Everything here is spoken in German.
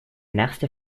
nächste